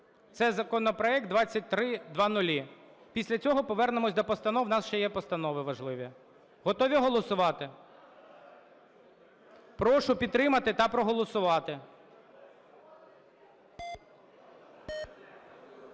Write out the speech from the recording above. Це законопроект 2300. Після цього повернемося до постанов, в нас ще є постанови важливі. Готові голосувати? Прошу підтримати та проголосувати.